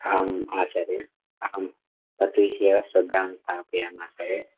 अहम् आचार्य अहं तद् विषये एव श्रद्दां स्थापयामि आचार्य